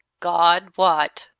god wot!